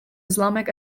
islamic